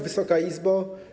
Wysoka Izbo!